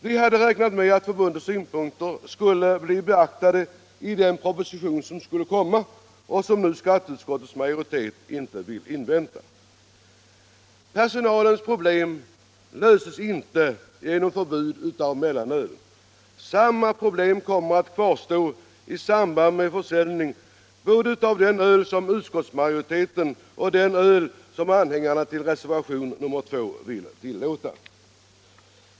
Vi hade räknat med att förbundets synpunkter skulle bli beaktade i den proposition som skulle komma och som nu skatteutskottets majoritet inte vill invänta. Personalens problem löses inte genom ett mellanölsförbud. Samma problem kommer att kvarstå i samband med försäljning av både det öl som utskottsmajoriteten förespråkar och det öl som anhängarna till reservationen 2 vill tillåta.